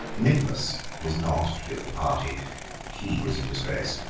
nicholas was not to be of the party he was in disgrace.